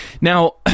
Now